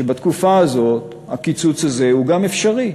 שבתקופה הזו הקיצוץ הזה אפשרי.